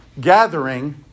gathering